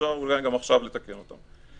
אפשר אולי גם עכשיו לתקן אותן.